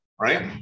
right